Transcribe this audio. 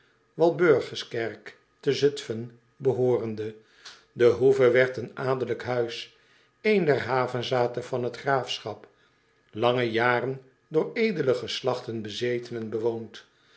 st peteren walburgiskerk te zutfen behoorende de hoeve werd een adellijk huis een der havezathen van het graafschap lange jaren door edele geslachten bezeten en bewoond